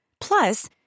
Plus